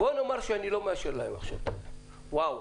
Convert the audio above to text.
בוא נניח שאני לא מאשר להם עכשיו את הארכה וואוו,